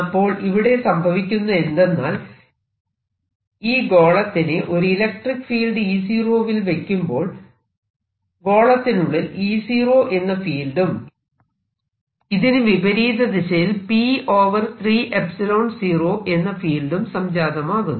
അപ്പോൾ ഇവിടെ സംഭവിക്കുന്നതെന്തെന്നാൽ ഈ ഗോളത്തിനെ ഒരു ഇലക്ട്രിക്ക് ഫീൽഡ് E0 വിൽ വെക്കുമ്പോൾ ഗോളത്തിനുള്ളിൽ E0 എന്ന ഫീൽഡും ഇതിനു വിപരീത ദിശയിൽ P 30 എന്ന ഫീൽഡും സംജാതമാകുന്നു